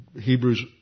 Hebrews